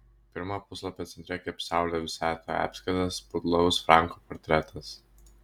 pirmojo puslapio centre kaip saulė visatoje apskritas putlaus franko portretas